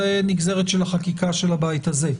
זאת נגזרת של החקיקה של הבית הזה.